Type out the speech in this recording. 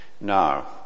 Now